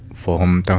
form